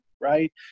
right